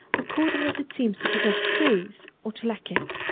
according as it seems to possess truth or to lack it.